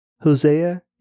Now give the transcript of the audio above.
Hosea